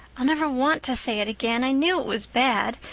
i'll never want to say it again. i knew it was bad,